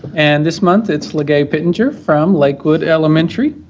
and this month it's lagay pittenger from lakewood elementary.